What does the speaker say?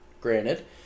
Granted